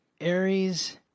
Aries